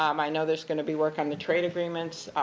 um i know there's going to be work on the trade agreements.